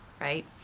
Right